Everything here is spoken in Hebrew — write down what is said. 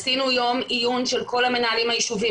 עשינו יום עיון של כל המנהלים היישוביים